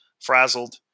frazzled